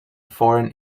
foreign